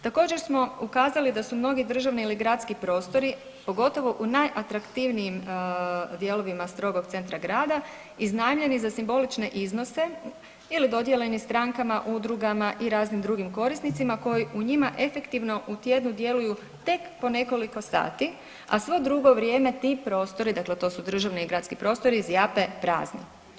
Također smo ukazali da su mnogi državni ili gradski prostori, pogotovo u najatraktivnijim dijelovima strogog centra grada iznajmljeni za simbolične iznose ili dodijeljeni strankama udrugama i raznim drugim korisnicima koji u njima efektivno u tjednu djeluju tek po nekoliko sati, a svo drugo vrijeme ti prostori, dakle to su državni i gradski prostori zjape prazni.